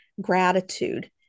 gratitude